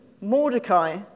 Mordecai